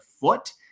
foot